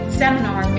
seminar